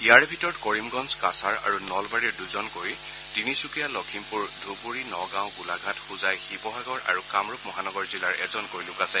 ইয়াৰে ভিতৰত কৰিমগঞ্জ কাছাৰ আৰু নলবাৰীৰ দুজনকৈ তিনিচুকীয়া লখিমপুৰ ধুবুৰী নগাঁও গোলাঘাট হোজাই শিৱসাগৰ আৰু কামৰূপ মহানগৰ জিলাৰ এজনকৈ লোক আছে